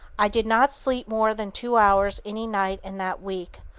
i did not sleep more than two hours any night in that week.